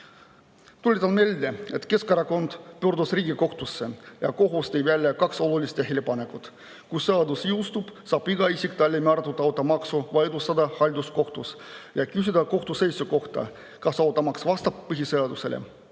Tuletan meelde, et Keskerakond pöördus Riigikohtusse ja kohus tõi välja kaks olulist tähelepanekut. Kui seadus jõustub, saab iga isik talle määratud automaksu vaidlustada halduskohtus ja küsida kohtu seisukohta, kas automaks vastab põhiseadusele.